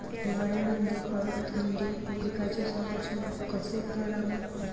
हिवाळ्यामंदी कडक थंडीत पिकाचे संरक्षण कसे करा लागन?